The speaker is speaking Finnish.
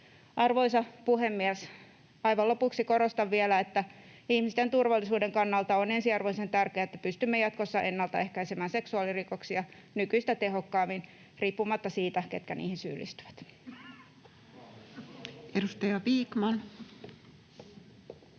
Arvoisa puhemies! Aivan lopuksi korostan vielä, että ihmisten turvallisuuden kannalta on ensiarvoisen tärkeää, että pystymme jatkossa ennaltaehkäisemään seksuaalirikoksia nykyistä tehokkaammin, riippumatta siitä, ketkä niihin syyllistyvät. [Speech